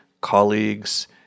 colleagues